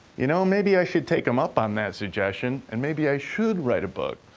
you know, maybe i should take them up on that suggestion, and maybe i should write a book.